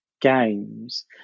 games